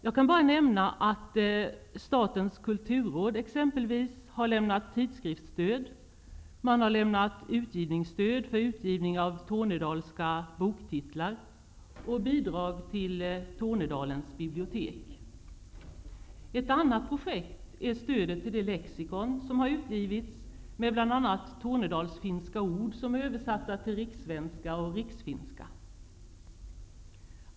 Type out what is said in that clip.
Jag kan nämna att t.ex. Statens kulturråd har lämnat tidskriftsstöd, utgivningsstöd för utgivning av tornedalska boktitlar och bidrag till Ett annat projekt är stödet till det lexikon som har utgivits med bl.a. tornedalsfinska ord som är översatta till rikssvenska och riksfinska.